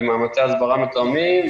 ומאמצי ההסברה מתואמים.